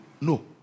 No